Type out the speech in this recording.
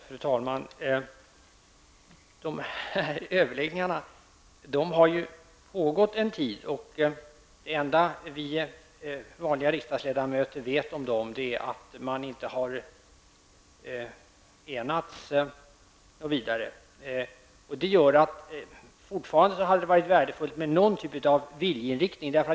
Fru talman! Överläggningarna har ju pågått en tid, och det enda vi vanliga riksdagsledamöter vet om dem är ju att man inte har enats något vidare. Det gör att det fortfarande hade varit värdefullt med någon typ av viljeinriktning.